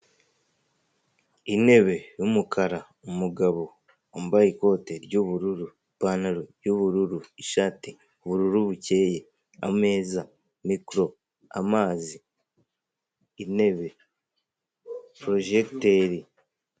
Intebe y'umukara, umugabo wambaye ikote ry'ubururu, ipantaro y'ubururu, ishati ubururu bukeye, ameza, mikoro, amazi, intebe, porojegiteri.